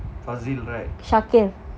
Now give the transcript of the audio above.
Shakil